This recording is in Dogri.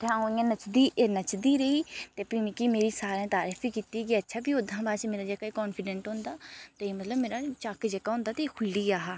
ते अ'ऊं इ'यां नच्चदी नच्चदी रेही फ्ही मिगी मेरी सारे तरीफ ही कीती कि अच्छा कि ओह्दा बाद जेह्ड़ा मेरा कॉन्फीडेंट होंदा ते मतलब मेरा झक्क जेह्का होंदा ते एह् खुल्ली गेआ हा